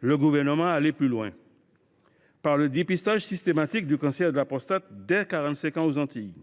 le Gouvernement à aller plus loin, en instaurant le dépistage systématique du cancer de la prostate dès 45 ans aux Antilles